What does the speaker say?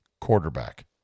quarterback